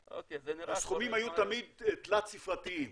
הסכומים היו תמיד תלת ספרתיים.